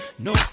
No